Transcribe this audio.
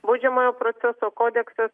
baudžiamojo proceso kodeksas